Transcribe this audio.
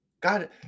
God